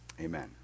Amen